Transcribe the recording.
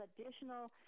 additional